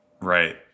Right